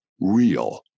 real